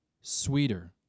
sweeter